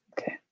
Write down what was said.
Okay